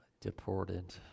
deported